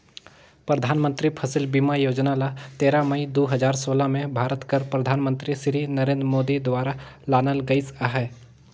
परधानमंतरी फसिल बीमा योजना ल तेरा मई दू हजार सोला में भारत कर परधानमंतरी सिरी नरेन्द मोदी दुवारा लानल गइस अहे